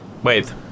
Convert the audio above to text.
Wait